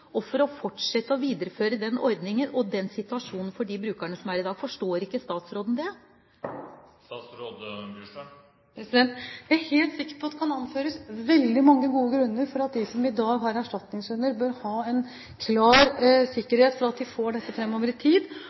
og for å fortsette og videreføre ordningen i den situasjonen disse brukerne er i i dag. Forstår ikke statsråden det? Jeg er helt sikker på at det kan anføres veldig mange gode grunner for at de som i dag har erstatningshunder, bør ha en klar sikkerhet for at de får det fremover,